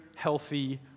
healthy